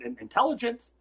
intelligence